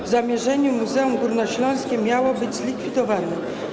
W zamierzeniu Muzeum Górnośląskie miało być zlikwidowane.